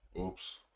Oops